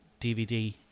DVD